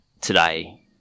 today